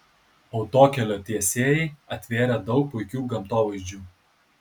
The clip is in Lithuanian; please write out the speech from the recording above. autokelio tiesėjai atvėrė daug puikių gamtovaizdžių